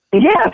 Yes